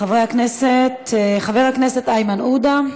חבר הכנסת איימן עודה,